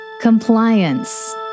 Compliance